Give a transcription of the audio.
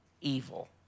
evil